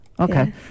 okay